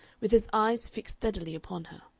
with his eyes fixed steadily upon her.